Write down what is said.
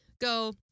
go